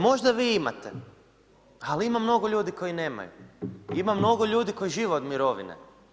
Možda vi imate, ali mnogo ljudi koji nemaju, ima mnogo ljudi koji žive od mirovine.